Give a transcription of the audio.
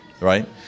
right